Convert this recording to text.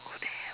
oh damn